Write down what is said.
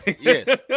Yes